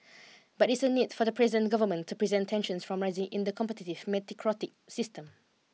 but it's a need for the present government to present tensions from rising in the competitive system